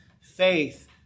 faith